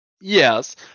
Yes